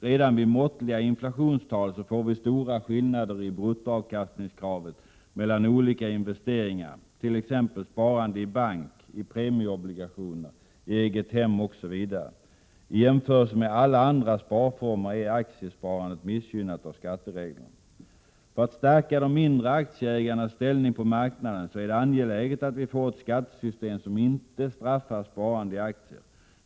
Redan vid måttliga inflationstal får vi stora skillnader i bruttoavkastningskravet mellan olika investeringar, t.ex. sparande i bank, i premieobligationer, i eget hem osv. I jämförelse med alla andra sparformer är aktiesparandet missgynnat av skattereglerna. För att stärka de mindre aktieägarnas ställning på marknaden är det angeläget att vi får ett skattesystem som inte straffar sparande i aktier.